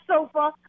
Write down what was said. sofa